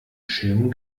schirm